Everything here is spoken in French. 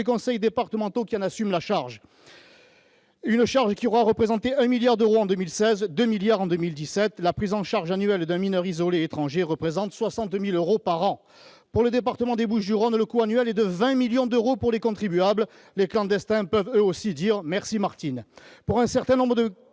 conseils départementaux qui en assument la charge ; une charge qui aura représenté un milliard d'euros en 2016, 2 milliards en 2017. La prise en charge annuelle d'un mineur isolé étranger représente 60 000 euros par an. Pour le département des Bouches-du-Rhône, le coût est de 20 millions d'euros pour les contribuables. Les clandestins peuvent, eux aussi, dire :« Merci Martine